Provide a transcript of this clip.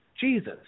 Jesus